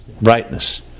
brightness